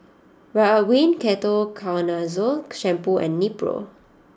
Ridwind Ketoconazole Shampoo and Nepro